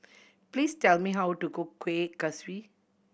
please tell me how to cook Kueh Kaswi